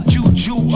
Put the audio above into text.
Juju